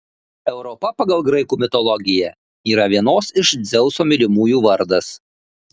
europa pagal graikų mitologiją yra vienos iš dzeuso mylimųjų vardas